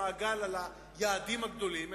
למעגל על היעדים הגדולים,